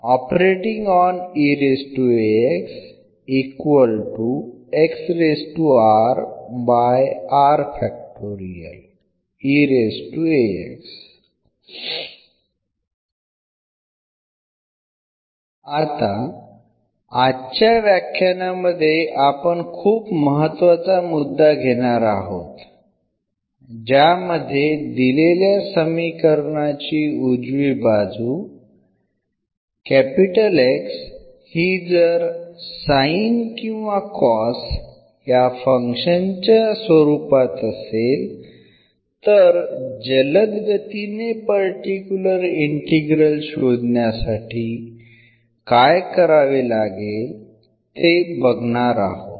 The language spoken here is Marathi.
आता आजच्या व्याख्यानामध्ये आपण खूप महत्त्वाचा मुद्दा घेणार आहोत ज्यामध्ये दिलेल्या समीकरणाची उजवी बाजू X ही जर sin किंवा cos या फंक्शनच्या स्वरूपात असेल तर जलद गतीने पर्टिक्युलर इंटीग्रल शोधण्यासाठी काय करावे लागेल ते बघणार आहोत